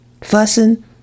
fussing